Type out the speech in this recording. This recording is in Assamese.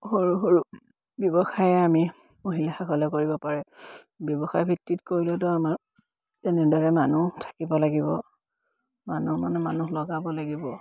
সৰু সৰু ব্যৱসায়ে আমি মহিলাসকলে কৰিব পাৰে ব্যৱসায় ভিত্তিত কৰিলেতো আমাৰ তেনেদৰে মানুহ থাকিব লাগিব মানুহ মানে মানুহ লগাব লাগিব